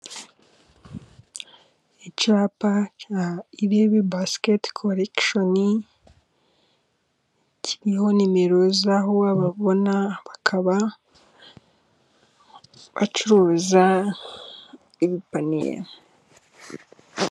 Icyapa cya Irebe Basikete Koregisheni, kiriho nimero z'aho wababona, bakaba bacuruza ibipaniye.